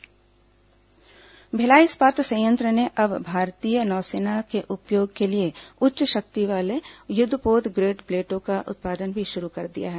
BSP युद्धपोत plate Bhilai इस्पात संयंत्र ने अब भारतीय नौसेना के उपयोग के लिए उच्च शक्ति वाले युद्धपोत ग्रेड प्लेटों का उत्पादन भी शुरू कर दिया है